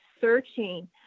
searching